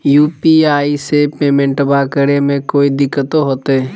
UPI से पेमेंटबा करे मे कोइ दिकतो होते?